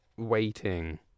waiting